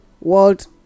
World